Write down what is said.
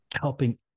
helping